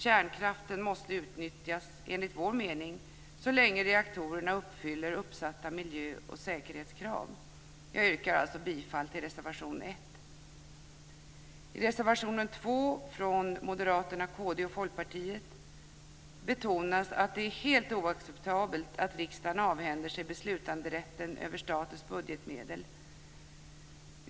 Kärnkraften måste utnyttjas enligt vår mening så länge reaktorerna uppfyller uppsatta miljö och säkerhetskrav. Jag yrkar alltså bifall till reservation 1. I reservation 2 från Moderaterna, Kristdemokraterna och Folkpartiet betonas att det är helt oacceptabelt att riksdagen avhänder sig beslutanderätten över statens budgetmedel.